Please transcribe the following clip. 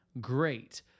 great